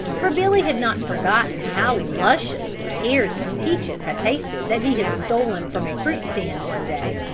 for billy had not forgotten how luscious the pears and peaches had tasted that he had stolen from a fruit stand one day.